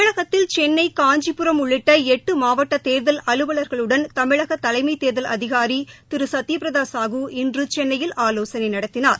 தமிழகத்தில் சென்னை காஞ்சிபுரம் உள்ளிட்ட எட்டு மாவட்ட தேர்தல் அலுவலா்களுடன் தமிழக தலைமை தேர்தல் அதிகாரி திரு சத்ய பிரதா காஹூ இன்று சென்னையில் ஆலோசனை நடத்தினார்